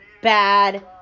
Bad